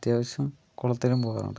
അത്യാവശ്യം കുളത്തിലും പോകാറുണ്ട്